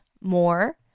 more